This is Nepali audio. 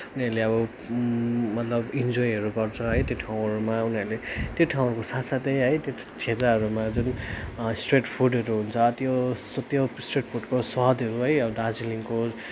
उनीहरूले अब मतलब इन्जोयहरू गर्छ है त्यो ठाउँहरूमा उनीहरूले त्यो ठाउँको साथसाथै है त्यो क्षेत्रहरूमा जुन स्ट्रिट फुडहरू हुन्छ त्यो त्यो स्ट्रिट फुडको स्वादहरू है अब दार्जिलिङको